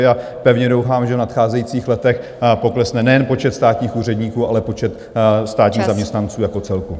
A pevně doufám, že v nadcházejících letech poklesne nejen počet státních úředníků, ale počet státních zaměstnanců jako celku.